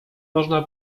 można